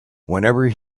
whenever